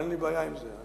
אין לי בעיה עם זה.